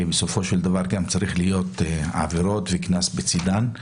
בסופו של דבר יש עבירות וקנס בצידן,